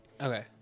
Okay